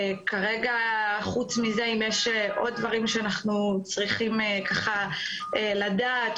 כרגע חוץ מזה אם יש עוד דברים שאנחנו צריכים ככה לדעת,